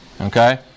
Okay